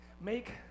make